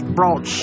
brought